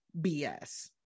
BS